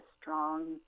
strong